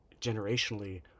generationally